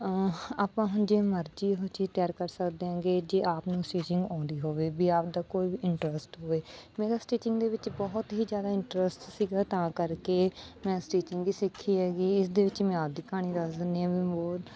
ਆਪਾਂ ਹੁਣ ਜੇ ਮਰਜ਼ੀ ਇਹੋ ਜਿਹੀ ਤਿਆਰ ਕਰ ਸਕਦੇ ਹੈਗੇ ਜੇ ਆਪ ਨੂੰ ਸਟੀਚਿੰਗ ਆਉਂਦੀ ਹੋਵੇ ਵੀ ਆਪਦਾ ਕੋਈ ਵੀ ਇੰਟਰਸਟ ਹੋਵੇ ਮੇਰਾ ਸਟੀਚਿੰਗ ਦੇ ਵਿੱਚ ਬਹੁਤ ਹੀ ਜ਼ਿਆਦਾ ਇੰਟਰਸਟ ਸੀਗਾ ਤਾਂ ਕਰਕੇ ਮੈਂ ਸਟੀਚਿੰਗ ਵੀ ਸਿੱਖੀ ਹੈਗੀ ਇਸਦੇ ਵਿੱਚ ਮੈਂ ਆਪਦੀ ਕਹਾਣੀ ਦੱਸ ਦਿੰਦੀ ਹਾਂ ਵੀ ਮੈ ਬਹੁਤ